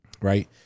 right